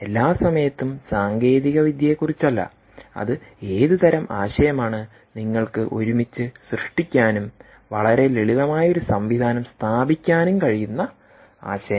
എല്ലാ സമയത്തും സാങ്കേതികവിദ്യയെക്കുറിച്ചല്ല അത് ഏതുതരം ആശയമാണ് നിങ്ങൾക്ക് ഒരുമിച്ച് സൃഷ്ടിക്കാനും വളരെ ലളിതമായ ഒരു സംവിധാനം സ്ഥാപിക്കാനും കഴിയുന്ന ആശയങ്ങൾ